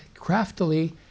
craftily